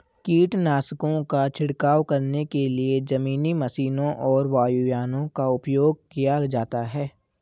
कीटनाशकों का छिड़काव करने के लिए जमीनी मशीनों और वायुयानों का उपयोग किया जाता है